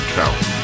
count